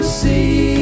see